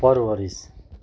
परवरिस